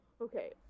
Okay